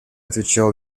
отвечал